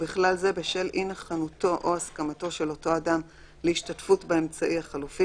ובכלל זה בשל אי נכונותו או הסכמתו של אותו אדם להשתתפות באמצעי החלופי,